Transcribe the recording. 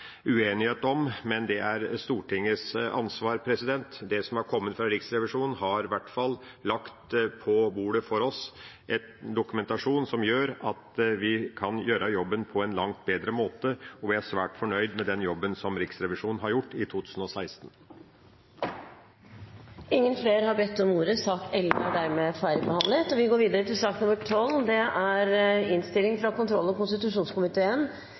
uenighet om, men det er Stortingets ansvar. Det som har kommet fra Riksrevisjonen, har i hvert fall lagt på bordet for oss dokumentasjon som gjør at vi kan gjøre jobben på en langt bedre måte, og vi er svært fornøyd med den jobben som Riksrevisjonen har gjort i 2016. Flere har ikke bedt om ordet til sak nr. 11. Etter ønske fra kontroll- og konstitusjonskomiteen